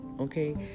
okay